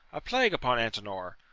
a plague upon antenor!